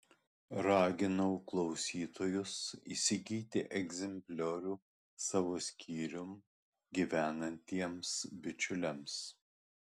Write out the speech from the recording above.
raginau klausytojus įsigyti egzempliorių savo skyrium gyvenantiems bičiuliams